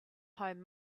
home